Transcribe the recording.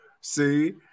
see